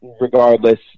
regardless